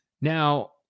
Now